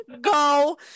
go